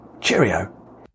Cheerio